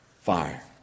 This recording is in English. fire